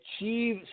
achieve